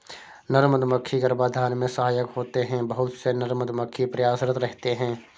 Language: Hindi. नर मधुमक्खी गर्भाधान में सहायक होते हैं बहुत से नर मधुमक्खी प्रयासरत रहते हैं